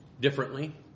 differently